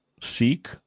seek